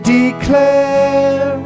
declare